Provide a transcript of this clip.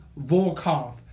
Volkov